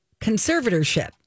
conservatorship